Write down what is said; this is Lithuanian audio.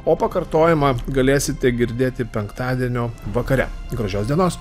o pakartojimą galėsite girdėti penktadienio vakare gražios dienos